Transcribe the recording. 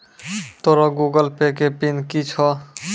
तोरो Google Pay के PIN कि छौं?